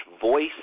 voice